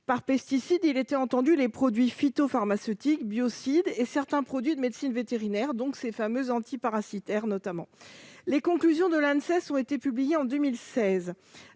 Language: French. Par pesticides, il était entendu les produits phytopharmaceutiques ou biocides et certains produits de médecine vétérinaire, notamment antiparasitaires. Les conclusions de l'Anses ont été publiées en 2016.